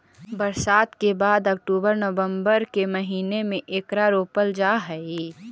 बरसात के बाद अक्टूबर नवंबर के महीने में एकरा रोपल जा हई